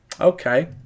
Okay